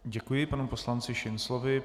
Děkuji panu poslanci Šinclovi.